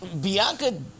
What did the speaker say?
Bianca